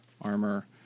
armor